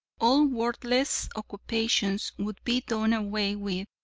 all worthless occupations would be done away with,